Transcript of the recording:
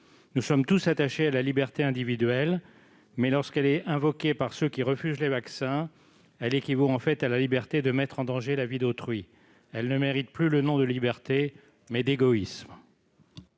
Nous sommes tous attachés à la liberté individuelle, mais lorsqu'elle est invoquée par ceux qui refusent le vaccin, elle équivaut, en fait, à la liberté de mettre en danger la vie d'autrui. Il s'agit non plus de liberté, mais d'égoïsme